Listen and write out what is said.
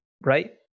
right